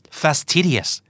fastidious